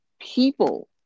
people